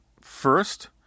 First